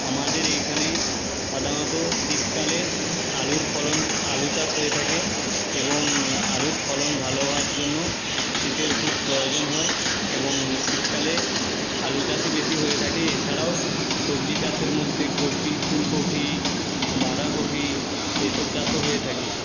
আমাদের এইখানে সাধারণত শীতকালে আলুর ফলন আলু চাষ হয়ে থাকে এবং আলুর ফলন ভালো হওয়ার জন্য শীতের খুব প্রয়োজন হয় এবং শীতকালে আলু চাষই বেশি হয়ে থাকে এছাড়াও সবজি চাষের মধ্যে কপি ফুলকপি বাঁধাকপি এসব চাষও হয়ে থাকে